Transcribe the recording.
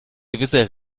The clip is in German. gewisser